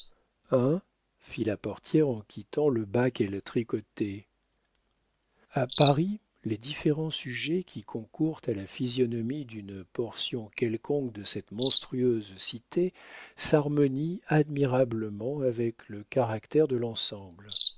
la portière en quittant le bas qu'elle tricotait a paris les différents sujets qui concourent à la physionomie d'une portion quelconque de cette monstrueuse cité s'harmonient admirablement avec le caractère de l'ensemble